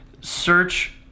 search